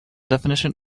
definition